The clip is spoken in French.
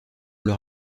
leur